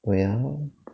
wait ah